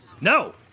No